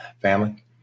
Family